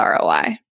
ROI